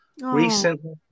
recently